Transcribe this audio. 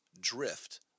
drift